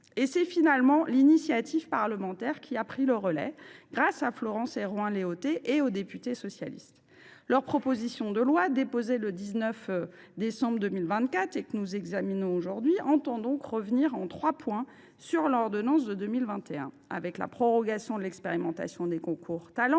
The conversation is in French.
Et c’est finalement l’initiative parlementaire qui a pris le relais, grâce à Florence Herouin Léautey et aux députés socialistes. Leur proposition de loi, déposée à l’Assemblée nationale le 19 décembre 2024 et que nous examinons aujourd’hui, a donc pour objet de revenir en trois points sur l’ordonnance de 2021 : prorogation de l’expérimentation des concours Talents,